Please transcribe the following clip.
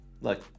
Look